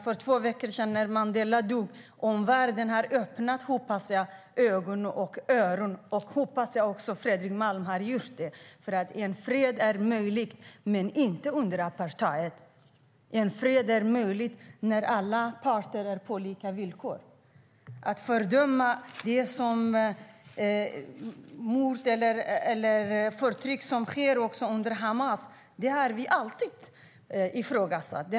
För två veckor sedan, när Mandela dog, öppnades omvärldens ögon och öron, hoppas jag. Jag hoppas att det även gäller Fredrik Malm. En fred är möjlig men inte under apartheid. En fred är möjlig när alla parter har lika villkor. Att fördöma mord och förtryck som sker under Hamas har vi aldrig ifrågasatt.